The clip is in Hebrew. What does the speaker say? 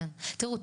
תראו,